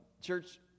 Church